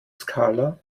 skala